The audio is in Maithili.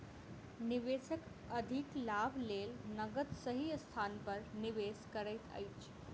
निवेशक अधिक लाभक लेल नकद सही स्थान पर निवेश करैत अछि